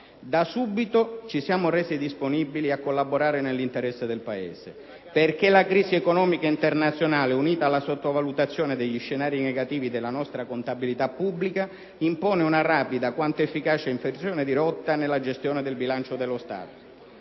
Da subito ci siamo resi disponibili a collaborare nell'interesse del Paese, perché la crisi economica internazionale, unita alla sottovalutazione degli scenari negativi della nostra contabilità pubblica, impone una rapida quanto efficace inversione di rotta nella gestione del bilancio dello Stato.